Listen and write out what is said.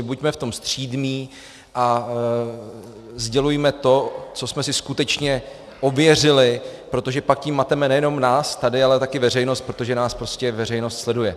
Buďme v tom střídmí a sdělujme to, co jsme si skutečně ověřili, protože pak tím mateme nejenom nás tady, ale taky veřejnost, protože nás prostě veřejnost sleduje.